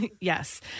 Yes